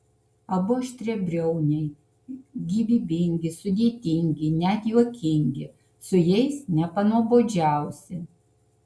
abu aštriabriauniai gyvybingi sudėtingi net juokingi su jais nepanuobodžiausi